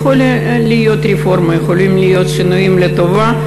יכולה להיות רפורמה, יכולים להיות שינויים לטובה.